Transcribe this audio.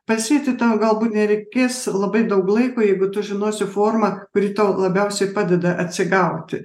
pasėti tau galbūt nereikės labai daug laiko jeigu tu žinosi formą kuri tau labiausiai padeda atsigauti